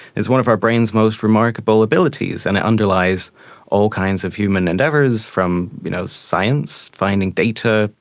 it's one of our brain's most remarkable abilities and it underlies all kinds of human endeavours, from you know science, finding data,